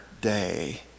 day